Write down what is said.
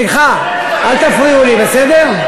סליחה, אל תפריעו לי, בסדר?